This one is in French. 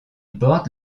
borde